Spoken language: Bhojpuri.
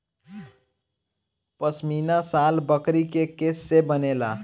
पश्मीना शाल बकरी के केश से बनेला